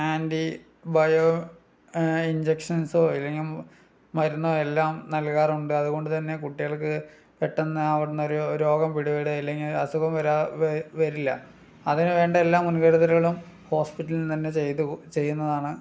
anti bio ഇഞ്ചക്ഷൻസോ ഇല്ലെങ്കിൽ മരുന്നോ എല്ലാം നൽകാറുണ്ട് അതുകൊണ്ട് തന്നെ കുട്ടികൾക്ക് പെട്ടെന്ന് അവിടെനിന്നൊരു രോഗം പിടിപെടുകയോ ഇല്ലെങ്കിൽ അസുഖം വരുക വരില്ല അതിനു വേണ്ട എല്ലാ മുൻകരുതലുകളും ഹോസ്പിറ്റലിൽ തന്നെ ചെയ്തു ചെയ്യുന്നതാണ്